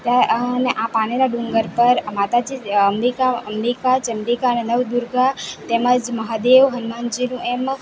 ત્યાં ને આ પાનેરા ડુંગર પર આ માતાજી અંબિકા અંબિકા ચંડીકાંને નવ દુર્ગા તેમજ મહાદેવ હનુમાનજીનું એમ